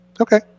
Okay